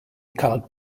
colored